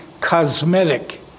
cosmetic